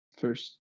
first